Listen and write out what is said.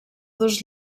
dos